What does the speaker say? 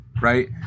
right